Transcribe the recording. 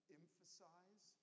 emphasize